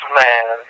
man